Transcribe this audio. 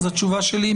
התשובה שלי היא